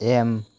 M